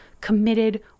committed